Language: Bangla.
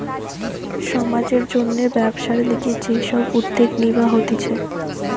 সমাজের জন্যে ব্যবসার লিগে যে সব উদ্যোগ নিবা হতিছে